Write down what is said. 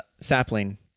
sapling